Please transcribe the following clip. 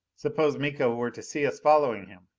suppose miko were to see us following him?